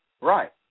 Right